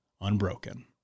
unbroken